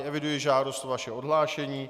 Eviduji žádost o vaše odhlášení.